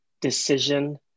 decision